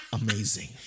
Amazing